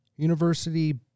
University